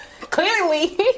clearly